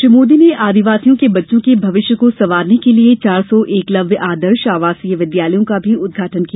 श्री मोदी ने आदिवासियों के बच्चों के भविष्य को संवारने के लिए चार सौ एकलव्य आदर्श आवासीय विद्यालयों का भी उद्घाटन भी किया